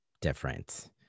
different